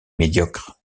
médiocre